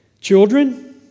Children